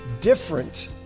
different